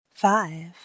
Five